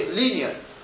lenient